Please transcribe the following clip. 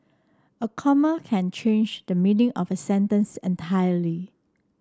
a comma can change the meaning of a sentence entirely